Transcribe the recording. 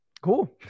cool